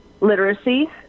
literacy